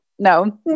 No